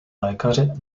lékaře